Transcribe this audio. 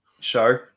show